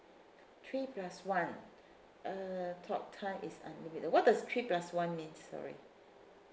three plus one uh talk time is unlimited what does three plus one means sorry